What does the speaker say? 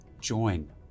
join